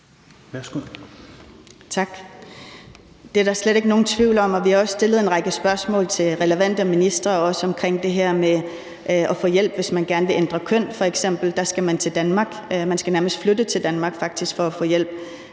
(IA): Tak. Det er der slet ikke nogen tvivl om, og vi har også stillet en række spørgsmål til relevante ministre, også omkring det her med at få hjælp, hvis man f.eks. gerne vil ændre køn, for der skal man til Danmark, og man skal faktisk nærmest flytte til Danmark for at få hjælp.